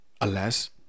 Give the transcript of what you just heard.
Alas